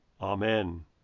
Amen